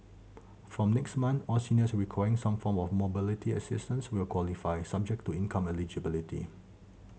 from next month all seniors requiring some form of mobility assistance will qualify subject to income eligibility